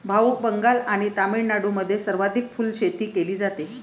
भाऊ, बंगाल आणि तामिळनाडूमध्ये सर्वाधिक फुलशेती केली जाते